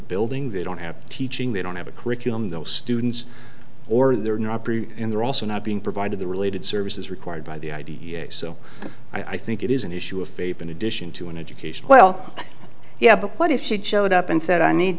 building they don't have teaching they don't have a curriculum those students or they're not in they're also not being provided the related services required by the i d f so i think it is an issue of faith in addition to an education well yeah but if she had showed up and said i need